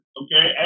okay